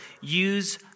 use